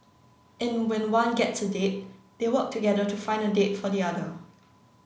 and when one gets a date they work together to find a date for the other